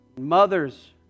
mothers